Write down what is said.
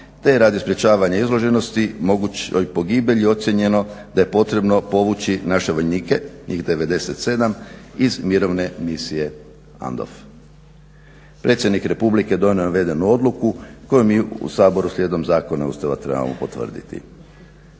te radi sprječavanja izloženosti mogućoj pogibelji ocjenjeno da je potrebno povući naše vojnike, njih 97 iz mirovne misije ANDOF. Predsjednik republike donio je navedenu odluku koju mi u Saboru slijedom zakona i Ustava trebamo potvrditi.